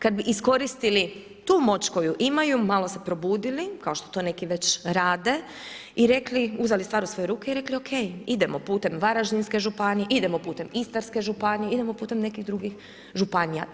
Kada bi iskoristili tu moć koju imaju, malo se probudili, kao što to neki već rade i rekli, uzeli stvar u svoje ruke i rekli ok, idemo putem Varaždinske županije, idemo putem Istarske županije, idemo putem nekih drugih županija.